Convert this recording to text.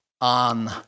on